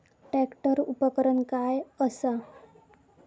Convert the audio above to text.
Tractor उपकरण काय असा?